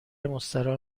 مستراح